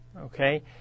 Okay